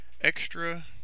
extra